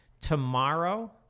Tomorrow